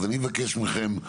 אני מבקש מכם,